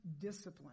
discipline